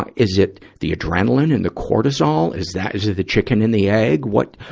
ah is it the adrenaline and the cortisol? is that, is it the chicken and the egg? what,